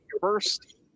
first